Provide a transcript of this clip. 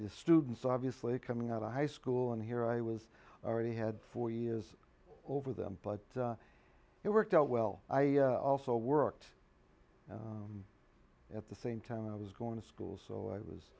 students obviously coming out of high school and here i was already had four years over them but it worked out well i also worked at the same time i was going to school so i was